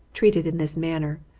treated in this manner,